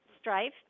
strife